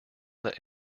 that